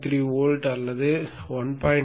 3 volt அல்லது 1